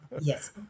Yes